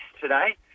today